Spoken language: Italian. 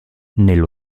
nello